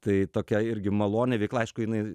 tai tokia irgi maloni veikla aišku jinai